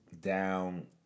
down